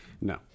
No